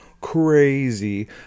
Crazy